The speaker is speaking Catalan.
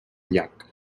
llac